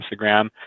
Instagram